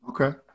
Okay